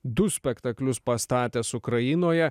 du spektaklius pastatęs ukrainoje